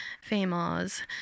Famous